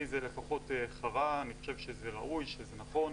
לי לפחות זה חרה, אני חושב שזה ראוי, שזה נכון.